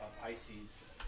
Pisces